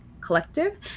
Collective